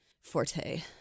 forte